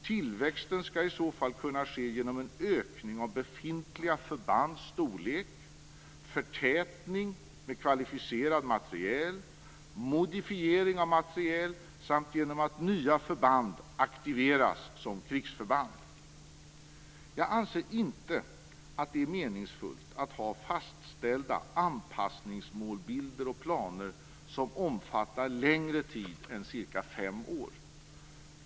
Tillväxten skall i så fall kunna ske genom en ökning av befintliga förbands storlek, förtätning med kvalificerad materiel, modifiering av materiel samt genom att nya förband aktiveras som krigsförband. Jag anser inte att det är meningsfullt att ha fastställda anpassningsmålbilder och planer som omfattar längre tid än cirka fem år.